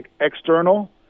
external